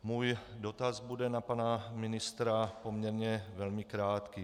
Můj dotaz bude na pana ministra poměrně velmi krátký.